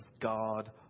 God